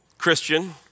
Christian